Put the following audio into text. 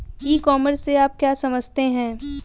ई commerce से आप क्या समझते हैं?